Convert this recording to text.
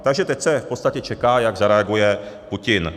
Takže teď se v podstatě čeká, jak zareaguje Putin.